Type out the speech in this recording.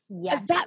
Yes